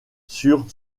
sur